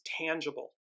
tangible